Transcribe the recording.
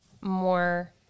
more